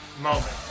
moment